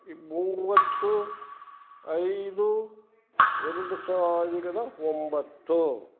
ಮೂವತ್ತು ಐದು ಎರಡು ಸಾವಿರದ ಒಂಬತ್ತು